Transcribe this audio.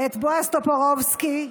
בועז טופורובסקי,